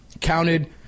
counted